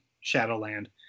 shadowland